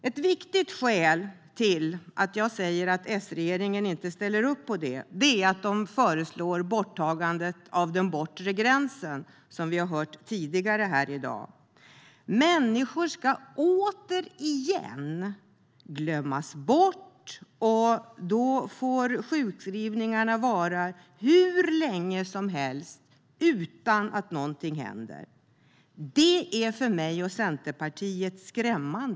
Ett viktigt skäl till att jag säger att S-regeringen inte ställer upp på detta är att man föreslår borttagandet av den bortre tidsgränsen, som vi har hört tidigare här i dag. Människor ska återigen glömmas bort, och sjukskrivningarna får vara hur länge som helst utan att något händer. Detta är för mig och Centerpartiet skrämmande.